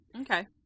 Okay